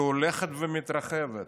היא הולכת ומתרחבת.